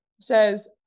says